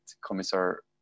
Commissar